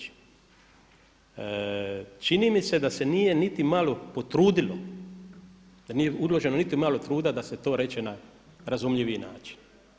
Čini mi se da se nije niti malo potrudilo, da nije uloženo niti malo truda da se to reče na razumljivi način.